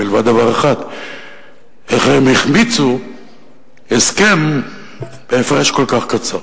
מלבד דבר אחד: איך הם החמיצו הסכם בהפרש כל כך קצר.